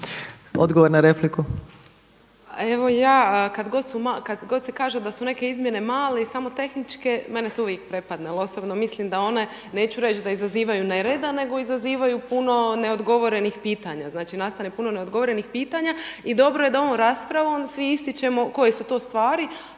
Odgovor na repliku.